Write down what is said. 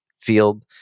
field